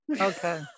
Okay